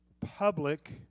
public